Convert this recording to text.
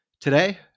today